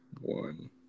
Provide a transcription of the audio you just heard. one